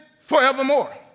forevermore